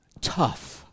tough